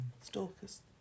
Stalkers